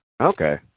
Okay